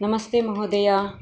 नमस्ते महोदयः